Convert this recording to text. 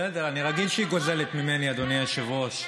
בסדר, אני רגיל שהיא גוזלת ממני, אדוני היושב-ראש.